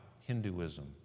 Hinduism